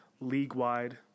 league-wide